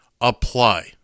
Apply